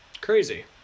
crazy